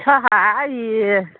साहा आइ ए